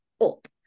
up